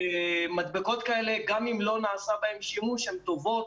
מדבקות כאלה, גם אם לא נעשה בהן שימוש, הן טובות.